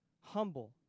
humble